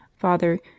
father